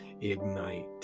ignite